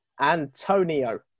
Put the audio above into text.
Antonio